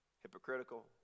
hypocritical